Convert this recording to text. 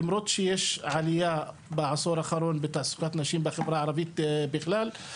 למרות שיש עלייה בעשור האחרון בתעסוקת נשים בחברה הערבית בכלל,